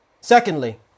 Secondly